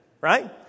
Right